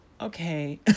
okay